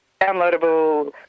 downloadable